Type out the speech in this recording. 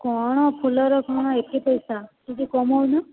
କଣ ଫୁଲର କଣ ଏତେ ପଇସା ଟିକେ କମାଉନ